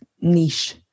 niche